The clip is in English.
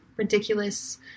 ridiculous